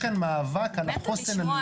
מי נמנע?